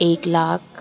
एक लाख